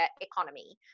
economy